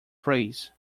praise